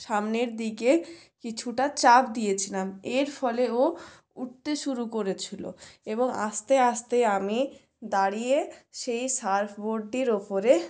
সামনের দিকে কিছুটা চাপ দিয়েছিলাম এর ফলে ও উঠতে শুরু করেছিলো এবং আস্তে আস্তে আমি দাঁড়িয়ে সেই সার্ফবোর্ডটির উপরে